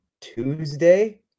Tuesday